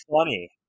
funny